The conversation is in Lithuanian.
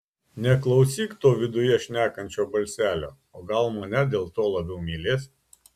neklausyk to viduje šnekančio balselio o gal mane dėl to labiau mylės